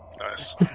Nice